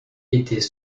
étaient